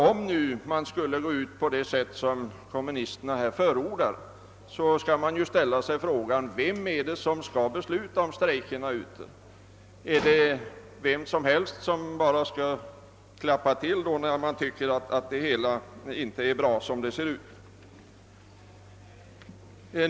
Om vi skulle förfara så som kommunisterna förordar måste vi ställa frågan: Vem skall besluta om strejkerna? Skall vem som helst kunna »klappa till» när han tycker att allt inte är bra?